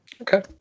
Okay